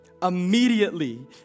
Immediately